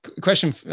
question